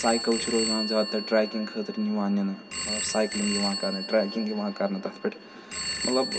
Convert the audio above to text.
cycle چھِ روزان زیادٕ تَر ٹریکِنٛگ خٲطرٕ نِوان نِنہٕ مطلب سایکلِنٛگ یِوان کَرنہٕ ٹرٛیکِنٛگ یِوان کَرنہٕ تَتھ پٮ۪ٹھ مطلب